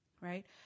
Right